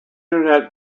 internet